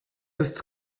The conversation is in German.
ist